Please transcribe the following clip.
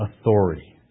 authority